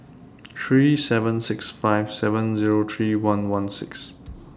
three seven six five seven Zero three one one six